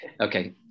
Okay